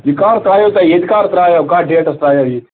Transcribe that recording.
یہ کَر ترٛایٛاو تۄہہِ ییٚتہِ کَر ترٛایٛاو تۄہہِ کَتھ ڈیٹس ترٛایٛاو ییٚتہِ